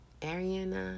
Ariana